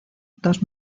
dos